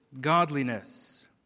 Godliness